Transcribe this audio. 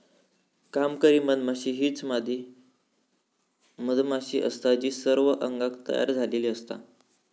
कामकरी मधमाशी हीच मादी मधमाशी असता जी सर्व अंगान तयार झालेली असता